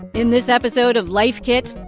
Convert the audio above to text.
in this episode of life kit,